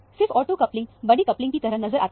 सिर्फ ortho coupling बड़ी coupling की तरह नजर आता है